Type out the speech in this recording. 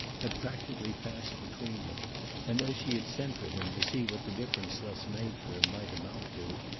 had practically passed between them and, as she had sent for him to see what the difference thus made for him might amount to,